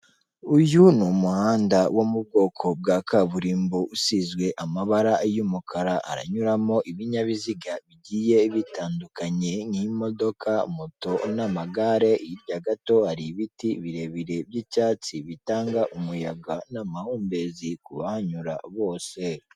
Uyu ni umuhanda wo mu bwoko bwa kaburimbo usizwe amabara y'umukara, haranyuramo ibinyabiziga bigiye bitandukanye nk'imodoka moto n'amagare, hiya gato hari ibiti birebire by'icyatsi bitanga umuyaga n'amahumbezi kubahanyura bose.